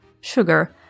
Sugar